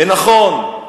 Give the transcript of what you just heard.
זה נכון.